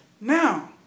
Now